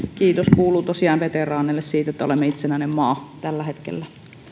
kiitos kuuluu tosiaan veteraaneille siitä että olemme itsenäinen maa tällä hetkellä